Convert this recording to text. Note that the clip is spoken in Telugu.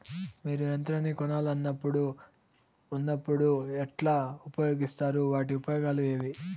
మీరు యంత్రాన్ని కొనాలన్నప్పుడు ఉన్నప్పుడు ఎట్లా ఉపయోగిస్తారు వాటి ఉపయోగాలు ఏవి?